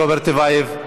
רוברט טיבייב.